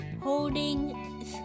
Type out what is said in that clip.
holding